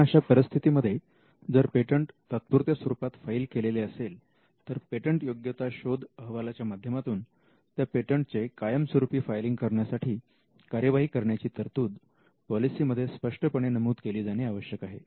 तेव्हा अशा परिस्थितीमध्ये जर पेटंट तात्पुरत्या स्वरुपात फाईल केलेले असेल तर पेटंटयोग्यता शोध अहवालाच्या माध्यमातून त्या पेटंटचे कायमस्वरूपी फायलिंग करण्यासाठी कार्यवाही करण्याची तरतूद पॉलिसीमध्ये स्पष्टपणे नमूद केली जाणे आवश्यक आहे